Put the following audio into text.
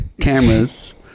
cameras